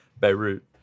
Beirut